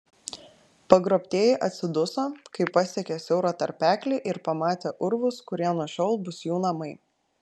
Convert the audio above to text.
pagrobtieji atsiduso kai pasiekė siaurą tarpeklį ir pamatė urvus kurie nuo šiol bus jų namai